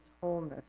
wholeness